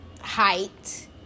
height